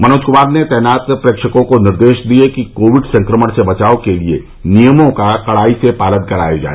मनोज कुमार ने तैनात प्रेक्षकों को निर्देश दिये कि कोविड संक्रमण से बचाव के लिए नियमों का कड़ाई से पालन कराया जाय